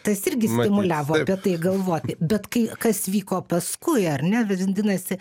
tas irgi stimuliavo apie tai galvoti bet kai kas vyko paskui ar ne vadinasi